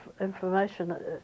information